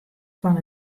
fan